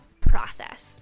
process